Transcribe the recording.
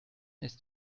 ist